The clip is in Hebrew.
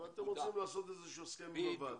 אבל אתם רוצים לעשות איזשהו הסכם עם הוועד.